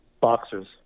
Boxers